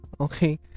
Okay